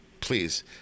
Please